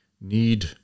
need